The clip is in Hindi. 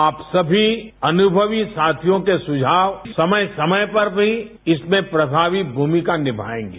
आप सभी अनुभवी साथियों के सुझाव समय समय पर भी इसमें प्रभावी भूमिका निभाएंगे